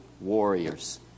warriors